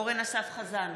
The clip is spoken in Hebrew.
אורן אסף חזן